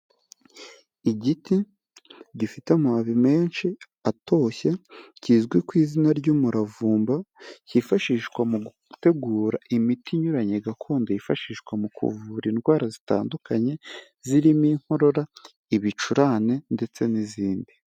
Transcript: Igiti gifite amababi menshi, atoshye, kizwi ku izina ry'umuravumba, kifashishwa mu gutegura imiti inyuranye gakondo yifashishwa mu kuvura indwara zitandukanye, zirimo: inkorora, ibicurane ndetse n'izindi.